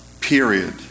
period